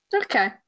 Okay